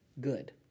good